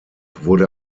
wurde